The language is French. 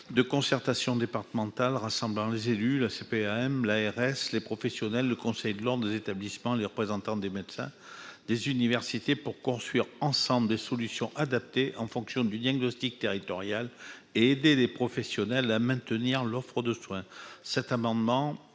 de concertation départementale rassemblant les élus, la CPAM, l'ARS, les professionnels, le conseil de l'ordre, les établissements ainsi que les représentants des médecins et des universités, pour construire des solutions adaptées en fonction du diagnostic territorial et pour aider les professionnels à maintenir l'offre de soins. Cet amendement